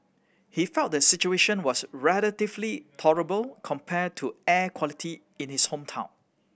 he felt the situation was relatively tolerable compare to air quality in his hometown